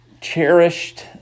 cherished